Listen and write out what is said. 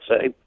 say